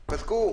ייפסקו.